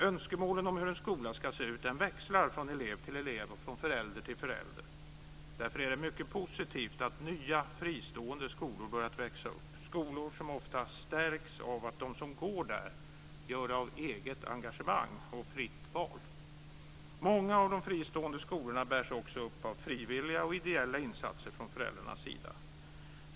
Önskemålen om hur en skola ska se ut växlar från elev till elev och från förälder till förälder. Därför är det mycket positivt att nya, fristående skolor har börjat växa upp. Det är skolor som ofta stärks av att de som går där gör det av eget engagemang och fritt val. Många av de fristående skolorna bärs också upp av frivilliga och ideella insatser från föräldrarnas sida.